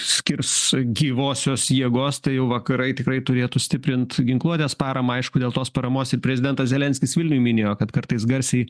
skirs gyvosios jėgos tai jau vakarai tikrai turėtų stiprint ginkluotės paramą aišku dėl tos paramos ir prezidentas zelenskis vilniuj minėjo kad kartais garsiai